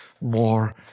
more